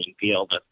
field